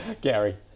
Gary